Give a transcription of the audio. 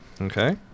Okay